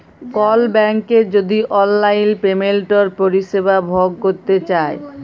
call ব্যাংকের যদি অললাইল পেমেলটের পরিষেবা ভগ ক্যরতে চায়